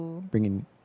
Bringing